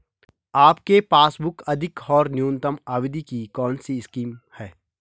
आपके पासबुक अधिक और न्यूनतम अवधि की कौनसी स्कीम है?